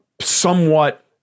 somewhat